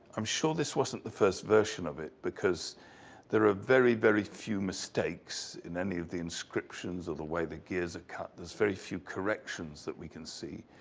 i'm sure this wasn't the first version of it because there are very, very few mistakes in any of the inscriptions, or the way the gears are cut, there's very few corrections that we can see.